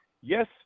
yes